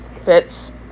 fits